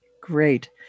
Great